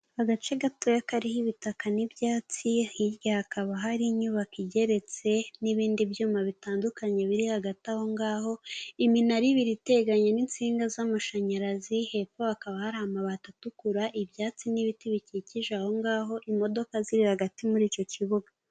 Agace gatoya kariho ibitaka n'ibyatsi, hirya hakaba hari inyubako igeretse n'ibindi byuma bitandukanye biri hagati aho ngaho, iminara ibiri iteganye n'insinga z'amashanyarazi, hepfo hakaba hari amabati atukura, ibyatsi n'ibiti bikikije aho ngaho, imodoka ziri hagati muri icyo kibuga.